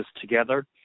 together